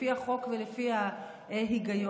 לפי החוק ולפי ההיגיון,